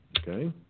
Okay